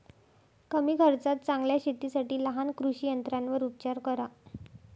कमी खर्चात चांगल्या शेतीसाठी लहान कृषी यंत्रांवर उपचार करा